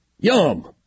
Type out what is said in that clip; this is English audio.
Yum